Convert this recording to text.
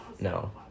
No